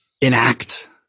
enact